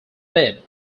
led